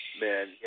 man